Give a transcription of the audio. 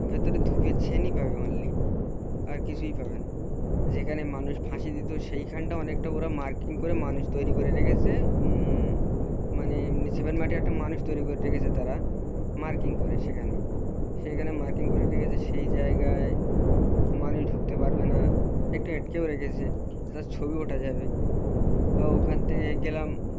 ভেতরে ধুপের পাবে ওনলি আর কিছুই পাবে না যেখানে মানুষ ফাঁসি দিতেো সেইখানটা অনেকটা ওরা মার্কিং করে মানুষ তৈরি করে রেখেছে মানে এমনি মাটির একটা মানুষ তৈরি করে রেখেছে তারা মার্কিং করে সেখানে সেইখানে মার্কিং করে রেখেছে সেই জায়গায় মানুষ ঢুকতে পারবে না একটু আটকেও রেখেছে তার ছবি ওঠানো যাবে ওখান থেকে গেলাম